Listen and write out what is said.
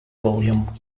volume